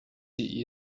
sie